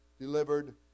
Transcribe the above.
delivered